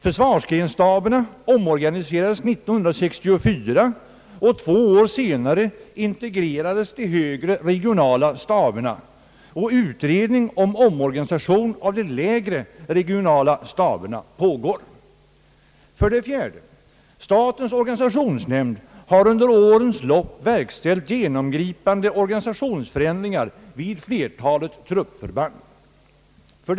Försvarsgrensstaberna omorganiserades 1964, och två år senare integrerades de högre regionala staberna. Utredning av omorganisation av de lägre regionala staberna pågår. 4, Statens organisationsnämnd har under årens lopp verkställt genomgripande organisationsförändringar vid flertalet truppförband. 5.